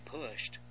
pushed